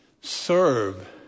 serve